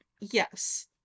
yes